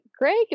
Greg